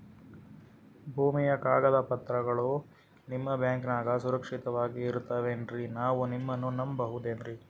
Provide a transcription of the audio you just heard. ಭೂಮಿಯ ಕಾಗದ ಪತ್ರಗಳು ನಿಮ್ಮ ಬ್ಯಾಂಕನಾಗ ಸುರಕ್ಷಿತವಾಗಿ ಇರತಾವೇನ್ರಿ ನಾವು ನಿಮ್ಮನ್ನ ನಮ್ ಬಬಹುದೇನ್ರಿ?